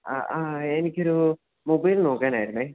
ആ ആ എനിക്കൊരു മൊബൈൽ നോക്കാനായിരുന്നു